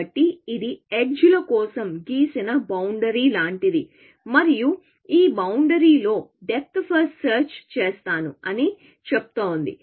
కాబట్టి ఇది ఎడ్జ్ ల కోసం గీసిన బౌండరీ లాంటిది మరియు ఈ బౌండరీ లో డెప్త్ ఫస్ట్ సెర్చ్ చేస్తాను అని చెప్తోంది